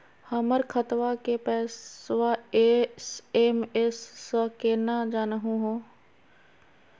हमर खतवा के पैसवा एस.एम.एस स केना जानहु हो?